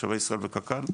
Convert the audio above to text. שבי ישראל וקק"ל.